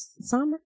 summer